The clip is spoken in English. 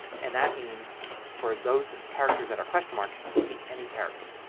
and that means for those characters that are question marks it could be any character.